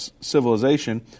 civilization